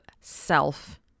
self